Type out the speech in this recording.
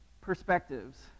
perspectives